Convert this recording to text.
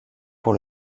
pour